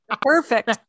perfect